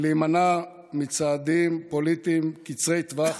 להימנע מצעדים פוליטיים קצרי טווח,